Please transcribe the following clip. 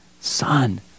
son